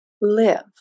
live